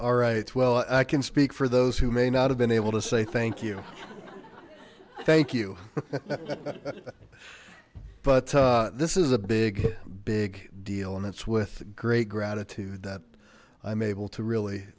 all right well i can speak for those who may not have been able to say thank you thank you but this is a big big deal and it's with great gratitude that i'm able to really